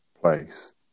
place